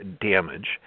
damage